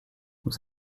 vous